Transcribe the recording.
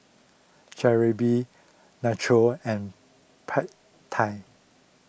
Jalebi Nachos and Pad Thai